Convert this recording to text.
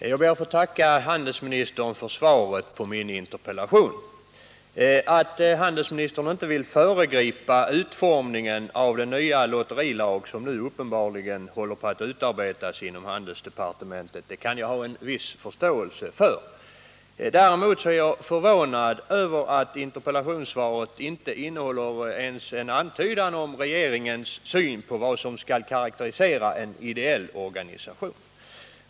Fru talman! Jag ber att få tacka handelsministern för svaret på min interpellation. Att handelsministern inte vill föregripa utformningen av den nya lotterilag som nu uppenbarligen håller på att utarbetas inom handelsdepartementet kan jag ha en viss förståelse för. Däremot är jag förvånad över att interpellationssvaret inte innehåller ens en antydan om regeringens syn på vad som skall karakterisera en ideell organisation.